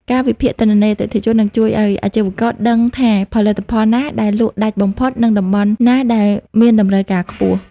ការវិភាគទិន្នន័យអតិថិជន នឹងជួយឱ្យអាជីវករដឹងថាផលិតផលណាដែលលក់ដាច់បំផុត និងតំបន់ណាដែលមានតម្រូវការខ្ពស់។